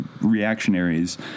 reactionaries